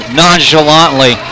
nonchalantly